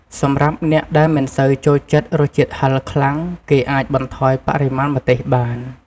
សម្រាប់អ្នកដែលមិនសូវចូលចិត្តរសជាតិហឹរខ្លាំង គេអាចបន្ថយបរិមាណម្ទេសបាន។